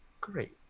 great